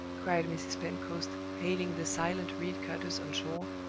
cried mrs. pentecost, hailing the silent reed cutters on shore.